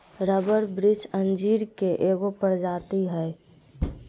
rubber वृक्ष अंजीर के एगो प्रजाति हइ